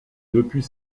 depuis